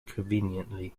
conveniently